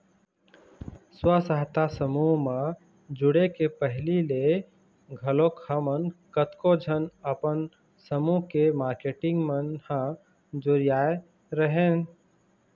स्व सहायता समूह म जुड़े के पहिली ले घलोक हमन कतको झन अपन समूह के मारकेटिंग मन ह जुरियाय रेहेंन